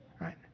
right